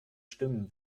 stimmen